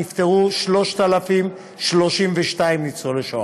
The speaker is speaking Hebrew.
נפטרו 3,032 ניצולי שואה.